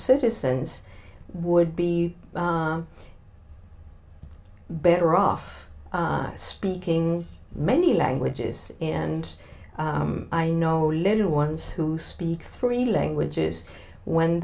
citizens would be better off speaking many languages and i know a little ones who speak three languages when